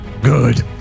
Good